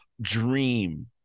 dream